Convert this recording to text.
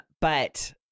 but-